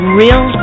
real